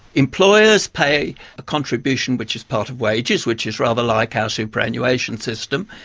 employers pay a contribution which is part of wages which is rather like our superannuation system,